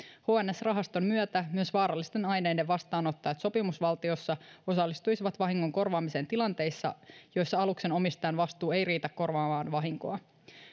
hns rahaston myötä myös vaarallisten aineiden vastaanottajat sopimusvaltioissa osallistuisivat vahingon korvaamiseen tilanteissa joissa aluksen omistajan vastuu ei riitä korvaamaan vahinkoa